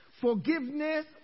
Forgiveness